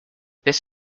this